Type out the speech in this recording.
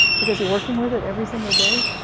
because you're working with it every single day.